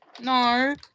no